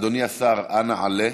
אדוני השר, אנא עלה.